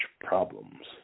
problems